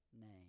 name